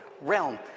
realm